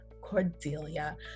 Cordelia